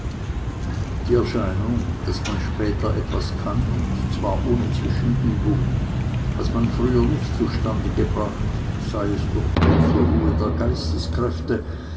die erscheinung daß man später etwas kann und zwar ohne zwischenübung was man früher nicht zustande gebracht sei es durch bloße ruhe der geisteskräfte